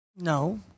No